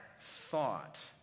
thought